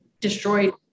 destroyed